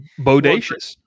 Bodacious